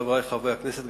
חברי חברי הכנסת,